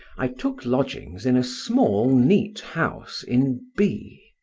i took lodgings in a small neat house in b.